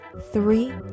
three